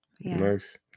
Nice